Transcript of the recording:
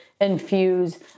infuse